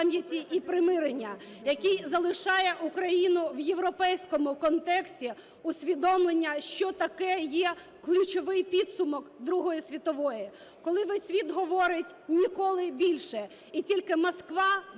пам'яті і примирення, який залишає Україну в європейському контексті усвідомлення, що таке є ключовий підсумок Другої світової. Коли весь світ говорить: "ніколи більше", і тільки Москва